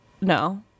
no